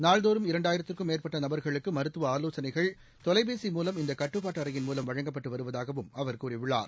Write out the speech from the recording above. நாள் தோறும் இரண்டாயிரத்துக்கும் மேற்பட்ட நபர்களுக்கு மருத்துவ ஆலோசனைகள் தொலைபேசி மூலம் இநத கட்டுப்பாட்டு அறையின் மூலம் வழங்கப்பட்டு வருவதாகவும் அவர் கூறியுள்ளார்